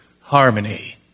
harmony